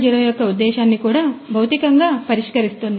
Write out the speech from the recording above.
0 యొక్క ఉద్దేశ్యాన్ని కూడా భౌతికంగా పరిష్కరిస్తుంది